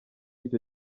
icyo